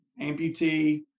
amputee